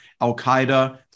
Al-Qaeda